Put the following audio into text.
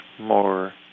more